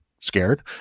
scared